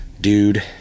Dude